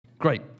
Great